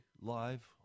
live